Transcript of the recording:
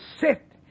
sit